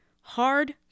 hard